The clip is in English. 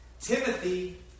Timothy